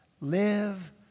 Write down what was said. Live